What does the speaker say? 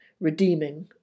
redeeming